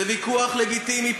זה ויכוח לגיטימי,